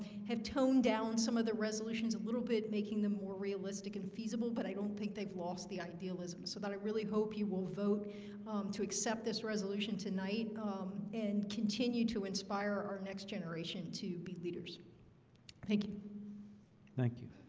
have toned down some of the resolutions a little bit making them more realistic and feasible, but i don't think they've lost the idealism so that i really hope you will vote to accept this resolution tonight um and continue to inspire our next generation to be leaders thank you thank you